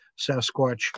Sasquatch